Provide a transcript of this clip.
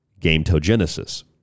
gametogenesis